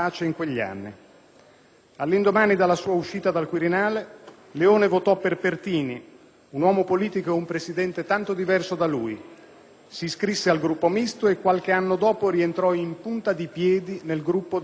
All'indomani della sua uscita dal Quirinale, Leone votò per Pertini, un uomo politico e un Presidente tanto diverso da lui; si iscrisse al Gruppo Misto e qualche anno dopo rientrò in punta di piedi nel Gruppo del suo partito.